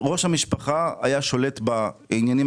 ראש המשפחה היה שולט בעניינים